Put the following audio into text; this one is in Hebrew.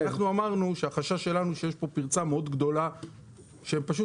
אנחנו אמרנו שהחשש שלנו הוא שיש כאן פרצה מאוד גדולה שהם פשוט